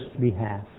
behalf